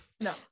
No